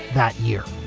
that year.